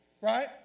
right